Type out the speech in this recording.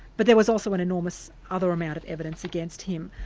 but there was also an enormous other amount of evidence against him.